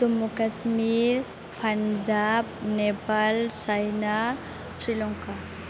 Jammu Kashmir Punjab Nepal China Sri Lanka